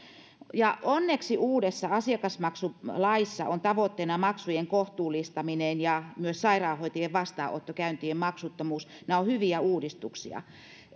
ja onneksi uudessa asiakasmaksulaissa on tavoitteena maksujen kohtuullistaminen ja myös sairaanhoitajien vastaanottokäyntien maksuttomuus nämä ovat hyviä uudistuksia